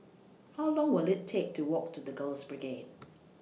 How Long Will IT Take to Walk to The Girls Brigade